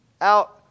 out